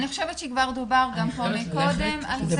אני חושבת שדובר פה גם קודם על זה,